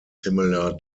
similar